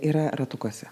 yra ratukuose